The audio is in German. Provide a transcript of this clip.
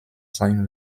sein